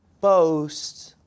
boast